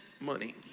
money